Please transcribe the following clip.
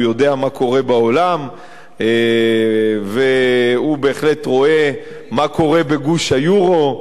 הוא יודע מה קורה בעולם והוא בהחלט רואה מה קורה בגוש היורו.